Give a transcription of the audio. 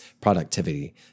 productivity